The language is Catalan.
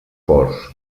ports